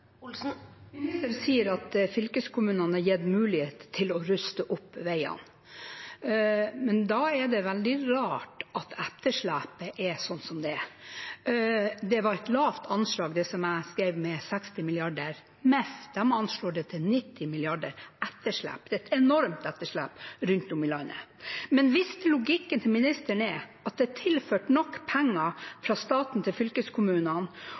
Ministeren sier at fylkeskommunene er gitt mulighet til å ruste opp veiene, men da er det veldig rart at etterslepet er sånn som det er. 60 mrd. kr, som jeg skrev, var et lavt anslag. Maskinentreprenørenes Forbund anslår at det er 90 mrd. kr i etterslep. Det er et enormt etterslep rundt om i landet. Hvis logikken til ministeren er at det er tilført nok penger fra staten til fylkeskommunene